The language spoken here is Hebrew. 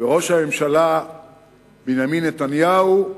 וראש הממשלה בנימין נתניהו: